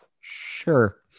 sure